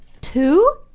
Two